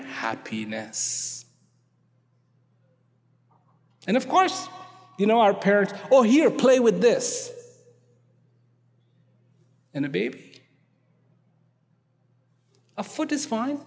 happiness and of course you know our parents or here play with this and the baby a foot is fine